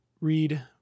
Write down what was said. read